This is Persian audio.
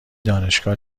دانشگاه